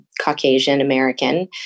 Caucasian-American